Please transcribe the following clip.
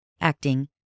acting